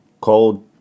Cold